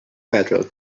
federal